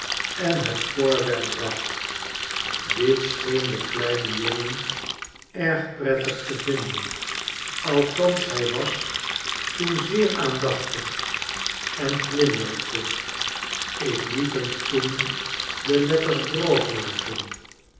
en het voorwerp bracht dit scheen de kleine jongen erg prettig te vinden althans hy was toen zeer aandachtig en glimlachte ik liet hem toen de letters brood maken